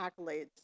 accolades